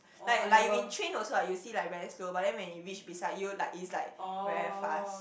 like like you in train also ah you see like very slow but then when it reach beside you like is like very fast